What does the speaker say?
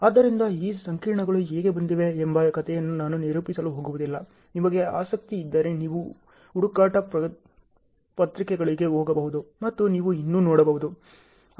ಆದ್ದರಿಂದ ಈ ಸಮೀಕರಣಗಳು ಹೇಗೆ ಬಂದಿವೆ ಎಂಬ ಕಥೆಯನ್ನು ನಾನು ನಿರೂಪಿಸಲು ಹೋಗುವುದಿಲ್ಲ ನಿಮಗೆ ಆಸಕ್ತಿ ಇದ್ದರೆ ನೀವು ಹುಡುಕಾಟ ಪತ್ರಿಕೆಗಳಿಗೆ ಹೋಗಬಹುದು ಮತ್ತು ನೀವು ಇನ್ನೂ ನೋಡಬಹುದು